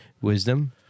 wisdom